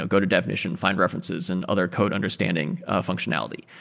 ah go to definition, find references and other code understanding functionality.